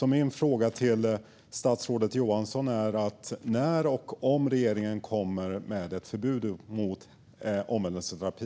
Min fråga till statsrådet Johansson är om och i så fall när regeringen kommer med ett förbud mot omvändelseterapi.